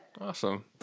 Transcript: Awesome